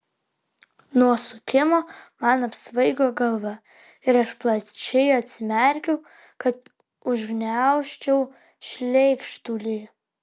nuo sukimo man apsvaigo galva ir aš plačiai atsimerkiau kad užgniaužčiau šleikštulį